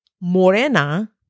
morena